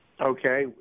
Okay